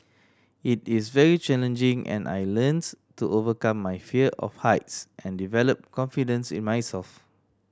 it is very challenging and I learns to overcome my fear of heights and develop confidence in myself